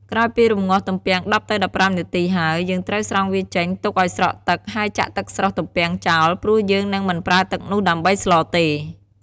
ក្រោយពីរំំងាស់ទំពាំង ១០ទៅ១៥នាទីហើយ យើងត្រូវស្រង់វាចេញ ទុកឱ្យស្រក់ទឹក ហើយចាក់ទឹកស្រុះទំពាំងចោល ព្រោះយើងនឹងមិនប្រើទឹកនោះដើម្បីស្លទេ។